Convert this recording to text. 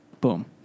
Boom